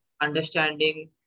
Understanding